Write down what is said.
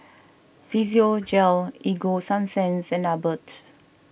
Physiogel Ego Sunsense and Abbott